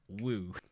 woo